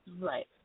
Right